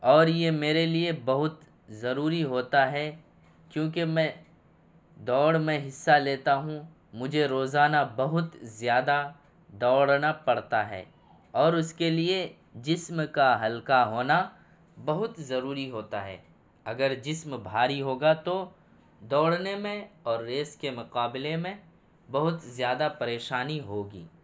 اور یہ میرے لیے بہت ضروری ہوتا ہے کیونکہ میں دوڑ میں حصہ لیتا ہوں مجھے روزانہ بہت زیادہ دوڑنا پڑتا ہے اور اس کے لیے جسم کا ہلکا ہونا بہت ضروری ہوتا ہے اگر جسم بھاری ہوگا تو دوڑنے میں اور ریس کے مقابلے میں بہت زیادہ پریشانی ہوگی